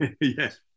Yes